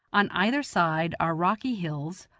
on either side are rocky hills,